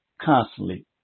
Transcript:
constantly